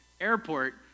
airport